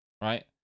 Right